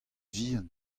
vihan